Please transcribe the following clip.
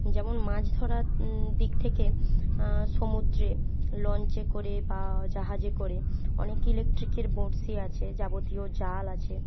যেমন মাছ ধরার দিক থেকে সমুদ্রে লঞ্চে করে বা জাহাজে করে অনেক ইলেকট্রিকের বঁড়শি আছে যাবতীয় জাল আছে